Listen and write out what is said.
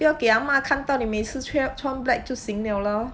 不要给 ahma 看到你每次穿 black 就行 liao lor